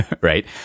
right